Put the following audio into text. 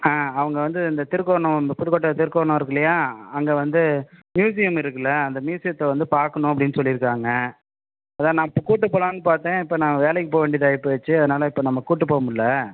ஆ அவங்க வந்து இந்த திருக்கோர்ணம் இந்த புதுக்கோட்டை திருக்கோர்ணம் இருக்கில்லையா அங்கே வந்து மியூசியம் இருக்கில்ல அந்த மியூசியத்தை வந்து பார்க்கணும் அப்படின்னு சொல்லியிருக்காங்க அதுதான் நான் இப்போ கூட்டி போகலான்னு பார்த்தேன் இப்போ நான் வேலைக்கு போக வேண்டியதாக ஆகிப்போயிடுச்சு அதனால் இப்போ நம்ம கூட்டி போக முடில